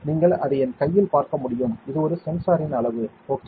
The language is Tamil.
நீங்கள் அதை என் கையில் பார்க்க முடியும் இது ஒரு சென்சாரின் அளவு ஓகே